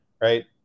right